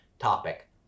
topic